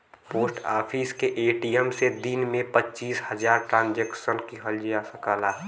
post office के ATM से दिन में पचीस हजार ट्रांसक्शन किहल जा सकला